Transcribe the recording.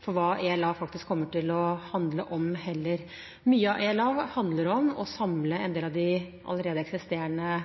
for hva ELA faktisk kommer til å handle om. Mye av ELA handler om å samle en del av de allerede eksisterende